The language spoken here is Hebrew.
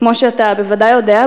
כמו שאתה בוודאי יודע,